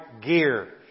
gear